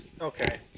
Okay